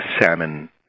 salmon